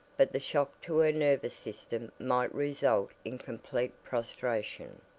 but the shock to her nervous system might result in complete prostration,